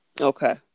Okay